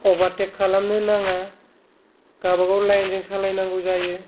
overtake खालामनो नाङा गाबागाव लाइन जों सालायनांगौ जायो